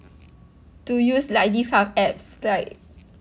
to use like these kind of apps like